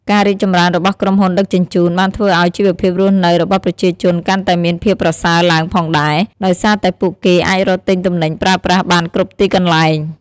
ការរីកចម្រើនរបស់ក្រុមហ៊ុនដឹកជញ្ជូនបានធ្វើឱ្យជីវភាពរស់នៅរបស់ប្រជាជនកាន់តែមានភាពប្រសើរឡើងផងដែរ ដោយសារតែពួកគេអាចរកទំនិញប្រើប្រាស់បានគ្រប់ទីកន្លែង។